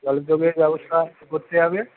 জলযোগের ব্যবস্থা করতে হবে